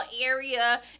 area